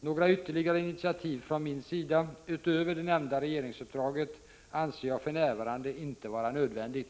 Några ytterligare initiativ från min sida, utöver det nämnda regeringsuppdraget, anser jag för närvarande inte vara nödvändigt.